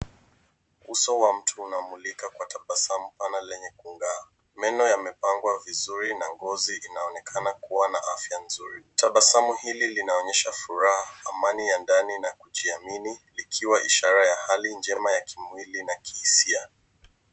Uso wa mtu unamulika kwa tabasamu. Ana lenye kunda. Meno yamepangwa vizuri na ngozi inaonekana kuwa na afya nzuri. Tabasamu hili linaonyesha furaha, amani ya ndani na kujiamini likiwa ishara ya hali njema ya kimwili na ya kihisia.